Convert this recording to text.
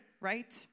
Right